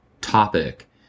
topic